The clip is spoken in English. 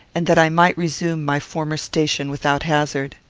and that i might resume my former station without hazard.